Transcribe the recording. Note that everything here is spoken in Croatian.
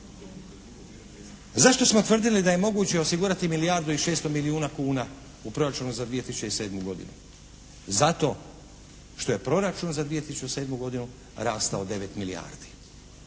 Zašto smo tvrdili da je moguće osigurati milijardu i 600 milijuna kuna u proračunu za 2007. godinu? Zato što je proračun za 2007. godinu rastao 9 milijardi.